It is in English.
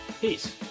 Peace